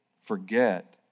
forget